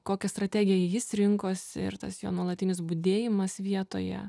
kokią strategiją jis rinkosi ir tas jo nuolatinis budėjimas vietoje